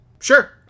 Sure